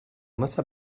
massa